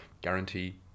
guarantee